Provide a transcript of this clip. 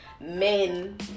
men